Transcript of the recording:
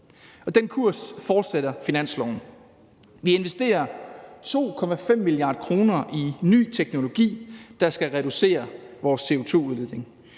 Den kurs fortsætter finansloven. Vi investerer 2,5 mia. kr. i ny teknologi, der skal reducere vores CO2-udledning.